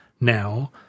now